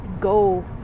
go